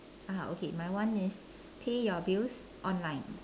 ah okay my one is pay your bills online